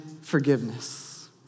forgiveness